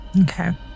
Okay